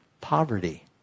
poverty